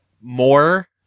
more